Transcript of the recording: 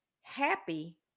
happy